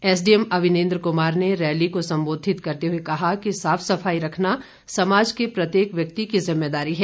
SDM Avinendra Kumar ने rally को संबोधित करते हुए कहा कि साफ सफाई रखना समाज के प्रत्येक व्यक्ति की जिम्मेदारी है